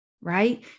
right